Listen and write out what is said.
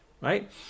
Right